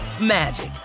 magic